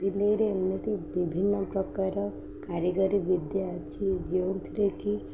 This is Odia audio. ସିଲେଇରେ ଏମିତି ବିଭିନ୍ନ ପ୍ରକାର କାରିଗରୀ ବିଦ୍ୟା ଅଛି ଯେଉଁଥିରେ କି